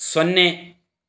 ಸೊನ್ನೆ